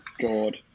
God